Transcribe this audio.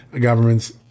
governments